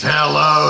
Hello